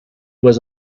was